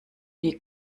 die